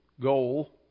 goal